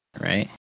right